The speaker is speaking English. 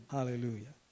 Hallelujah